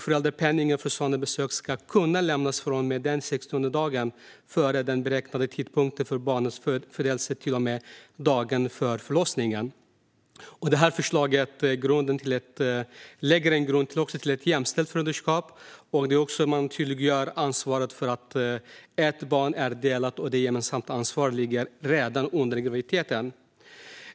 Föräldrapenning för sådana besök ska kunna lämnas från och med den 60:e dagen före den beräknade tidpunkten för barnets födelse till och med dagen för förlossningen. Förslaget lägger en grund för ett jämställt föräldraskap och tydliggör att ansvaret för ett barn är delat redan under graviditeten.